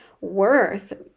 worth